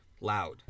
Loud